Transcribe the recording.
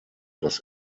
das